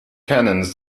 cannons